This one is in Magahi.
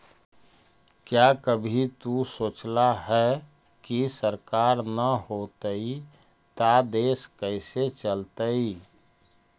क्या कभी तु सोचला है, की सरकार ना होतई ता देश कैसे चलतइ